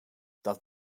dat